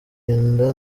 inda